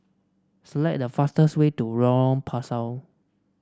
select the fastest way to Lorong Pasu